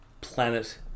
planet